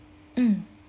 mm